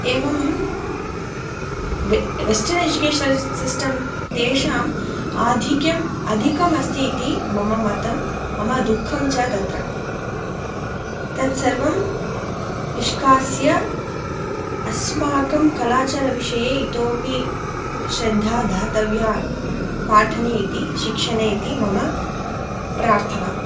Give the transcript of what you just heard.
एवंं western educational system तेषांं आधिक्यं अधिकं अस्तीति मम मतं मम दुःखं च तत्र तत्सर्वं निष्कास्य अस्माकं कलाचारविषये इतोऽपि श्रद्धा दातव्या पाठने इति शिक्षणे इति मम प्रार्थना